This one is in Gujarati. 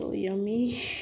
તો યમી